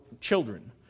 children